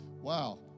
Wow